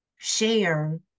Share